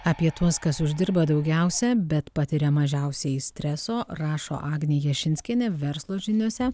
apie tuos kas uždirba daugiausia bet patiria mažiausiai streso rašo agnė jašinskienė verslo žiniose